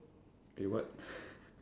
eh what